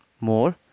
more